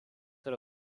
yra